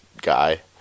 guy